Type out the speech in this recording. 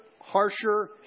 harsher